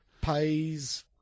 pays